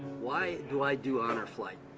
why do i do honor flight?